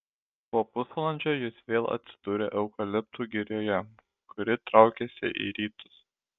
po pusvalandžio jis vėl atsidūrė eukaliptų girioje kuri traukėsi į rytus